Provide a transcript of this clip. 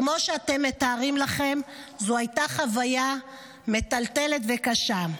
כמו שאתם מתארים לכם, זו הייתה חוויה מטלטלת וקשה.